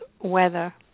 weather